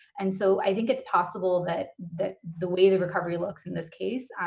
and so i think it's possible that the the way the recovery looks in this case,